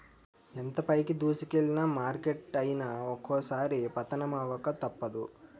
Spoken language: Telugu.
ఎంత పైకి దూసుకెల్లిన మార్కెట్ అయినా ఒక్కోసారి పతనమవక తప్పదు